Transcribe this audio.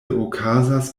okazas